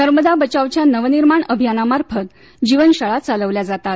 नर्मदा बचावच्या नवनिर्माण अभियानामार्फत जीवनशाळा चालवल्या जातात